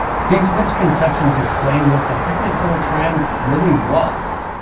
these misconceptions explain what the technicolor triumph really was,